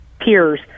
peers